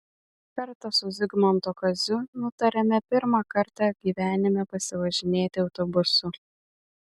kartą su zigmanto kaziu nutarėme pirmą kartą gyvenime pasivažinėti autobusu